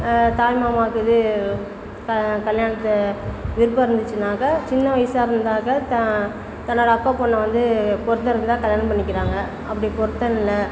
தாய்மாமாவுக்கு இது க கல்யாணத்தில் விருப்பம் இருந்துச்சின்னாக்கா சின்ன வயசா இருந்தாக்க தா தன்னோடய அக்கா பொண்ணை வந்து பொருத்தம் இருந்தால் கல்யாணம் பண்ணிக்கிறாங்க அப்படி பொருத்தம் இல்லை